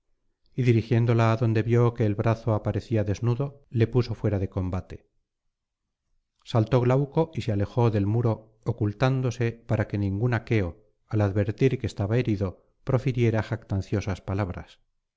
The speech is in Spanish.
y dirigiéndola adonde vio que el brazo aparecía desnudo le puso fuera de combate saltó glauco y se alejó del muro ocultándose para que ningún aqueo al advertir que estaba herido profiriera jactanciosas palabras